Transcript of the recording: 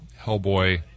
hellboy